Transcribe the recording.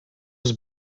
was